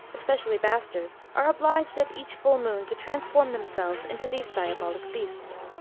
especially bastards, are obliged at each full moon to transform themselves into these diabolic beasts.